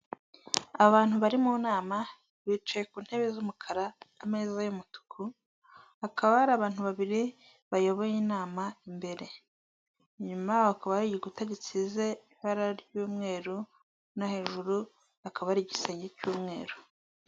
Abantu bari mu nama bicaye ku ntebe z'umukara, ameza y'umutuku. Hakaba hari abantu babiri bayoboye inama imbere, inyuma yabo hakaba hari igikuta gisize ibara ry'umweru no hejuru hakaba hari igisenge cy'umweru.